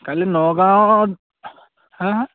কালি নগাঁৱত হাঁ হাঁ